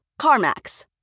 CarMax